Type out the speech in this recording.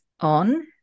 on